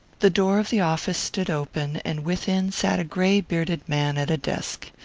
the door of the office stood open, and within sat a gray-bearded man at a desk.